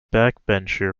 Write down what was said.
backbencher